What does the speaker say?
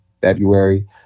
February